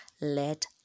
let